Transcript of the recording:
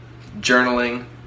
journaling